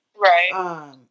right